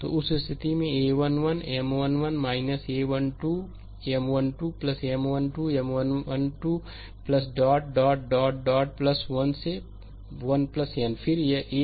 तो उस स्थिति में a1 1 M 1 1 a1 2 M1 2 M1 2 M 1 2 dot dot dot 1 से 1 n फिर a1nM1n